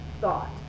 thought